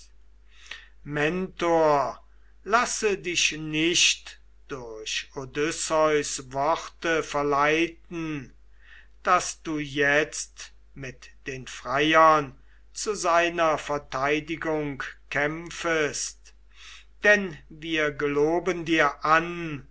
mentor lasse dich nicht durch odysseus worte verleiten daß du jetzt mit den freiern zu seiner verteidigung kämpfest denn wir geloben dir an